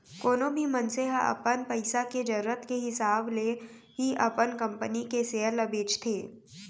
कोनो भी मनसे ह अपन पइसा के जरूरत के हिसाब ले ही अपन कंपनी के सेयर ल बेचथे